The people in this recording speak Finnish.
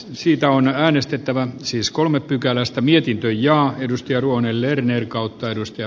siitä on ällistyttävän siis kolme pykälästä mietintöön ja edustajainhuoneelle edenneen kannatan ed